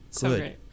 Good